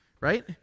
right